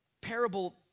parable